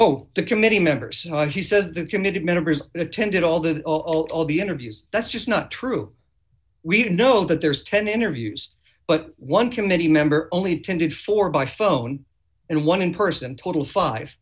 oh the committee members he says the committee members attended all the all the interviews that's just not true we do know that there is ten interviews but one committee member only ten did four by phone and one in person total five